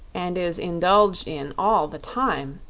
and is indulged in all the time,